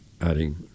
adding